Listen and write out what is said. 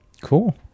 cool